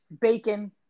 bacon